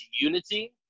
unity